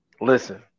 listen